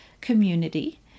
community